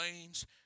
lanes